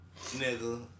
nigga